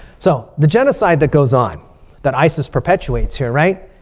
so the genocide that goes on that isis perpetuates here, right.